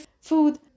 food